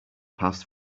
passed